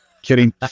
kidding